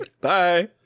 Bye